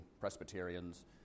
Presbyterians